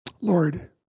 Lord